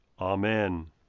Amen